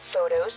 photos